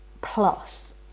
Plus